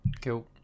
Cool